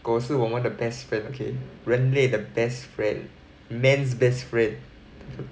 狗是我们的 best friend okay 人类的 best friend man's best friend